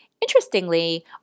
Interestingly